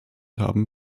haben